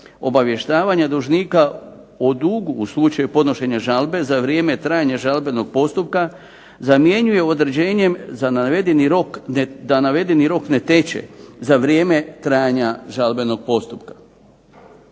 obavještavanja dužnika o dugu u slučaju podnošenja žalbe za vrijeme trajanja žalbenog postupka, zamjenjuje određenjem za navedeni rok, da navedeni rok ne teče za vrijeme trajanja žalbenog postupka.